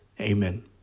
amen